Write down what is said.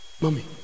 mommy